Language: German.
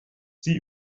sie